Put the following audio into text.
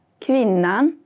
Kvinnan